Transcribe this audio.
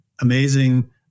Amazing